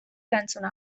erantzuna